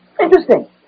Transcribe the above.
Interesting